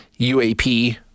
UAP